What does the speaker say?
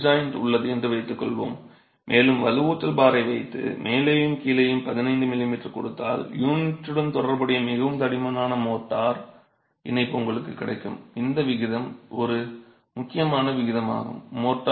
உங்களிடம் bed joint உள்ளது என்று வைத்துக்கொள்வோம் மேலும் வலுவூட்டல் பாரை வைத்து மேலேயும் கீழேயும் 15 mm கொடுத்தால் யூனிட்டுடன் தொடர்புடைய மிகவும் தடிமனான மோர்டார் இணைப்பு உங்களுக்கு கிடைக்கும் இந்த விகிதம் ஒரு முக்கியமான விகிதமாகும்